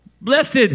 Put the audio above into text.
Blessed